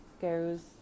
goes